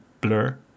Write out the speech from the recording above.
Blur